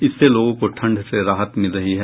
इससे लोगों को ठंड से राहत मिल रही है